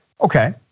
Okay